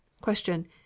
Question